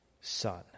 Son